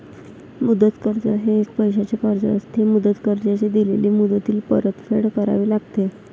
मुदत कर्ज हे एक पैशाचे कर्ज असते, मुदत कर्जाची दिलेल्या मुदतीत परतफेड करावी लागते